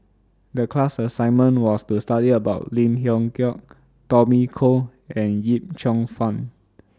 The class assignment was to study about Lim Leong Geok Tommy Koh and Yip Cheong Fun